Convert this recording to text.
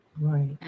Right